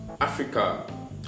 Africa